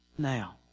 now